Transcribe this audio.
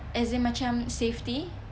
as in macam safety